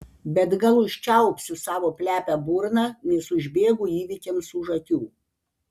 bet gal užčiaupsiu savo plepią burną nes užbėgu įvykiams už akių